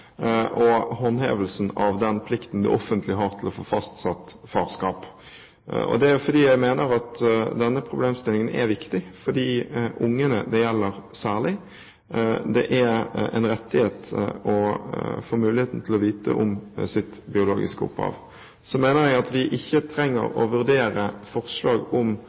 og håndhevelsen av den plikten det offentlige har til å få fastsatt farskap, fordi jeg mener at denne problemstillingen er viktig for de barna det særlig gjelder. Det er en rettighet å få muligheten til å få vite om sitt biologiske opphav. Jeg mener at vi ikke trenger å vurdere forslag om